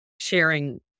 sharing